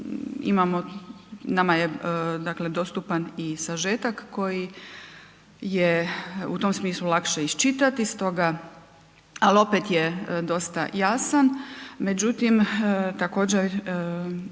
dakle dostupan i sažetak koji je u tom smislu lakše iščitati stoga, ali opet je dosta jasan, međutim također